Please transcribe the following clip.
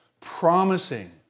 promising